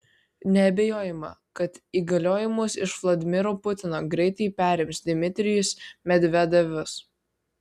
neabejojama kad įgaliojimus iš vladimiro putino greitai perims dmitrijus medvedevas